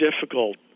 difficult